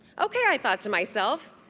ok, i thought to myself.